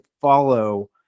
follow